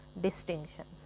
distinctions